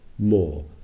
more